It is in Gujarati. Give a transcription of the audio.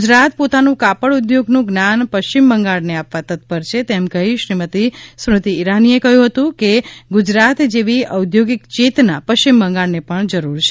ગુજરાત પોતાનું કાપડ ઉદ્યોગનું જ્ઞાન પશ્ચિમ બંગાળને આપવા તત્પર છે તેમ કહી શ્રીમતી સ્મૃતિ ઇરાનીએ કહ્યું હતું કે ગુજરાત જેવી ઔદ્યોગીક ચેત ના પશ્ચિમ બંગાળને પણ જરૂર છે